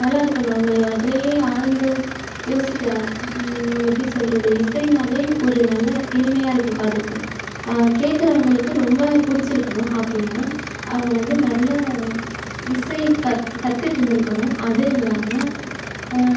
நல்லாயிருக்கணும் அவங்க அதுலேயே ஆழ்ந்து யோசிக்கலாம் எப்படி சொல்கிறது இசைனாலே ஒரு நல்ல இனிமையாருக்கும் காதுக்கு கேட்குறவங்களுக்கு ரொம்ப பிடிச்சிருக்கணும் அப்படினா அவங்க வந்து நல்ல இசை கத் கற்றுட்டு இருந்துருக்கணும் அதுவும் இல்லாமல்